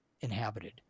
inhabited